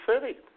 City